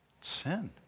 sin